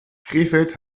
krefeld